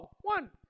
one